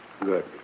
Good